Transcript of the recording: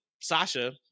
Sasha